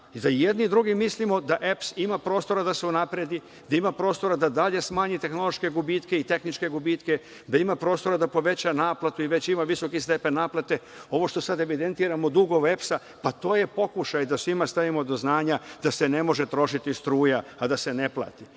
i da jedni i drugi mislimo da EPS ima prostora da se unapredi, da ima prostora da dalje smanji tehnološke gubitke i tehničke gubitke, da ima prostora da poveća naplatu i već ima visoki stepen naplate. Ovo što sada evidentiramo dugove EPS-a, pa to je pokušaj da svima stavimo do znanja da se ne može trošiti struja, a da se ne plati,